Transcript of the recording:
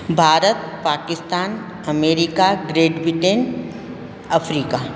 Bharat Pakistan America Great Britain Africa